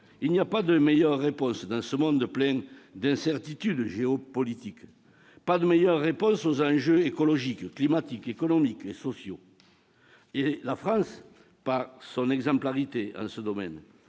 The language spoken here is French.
au plan climatique, dans ce monde plein d'incertitudes géopolitiques, il n'est pas de meilleure réponse aux enjeux écologiques, climatiques, économiques et sociaux. Et la France, par son exemplarité en ce domaine,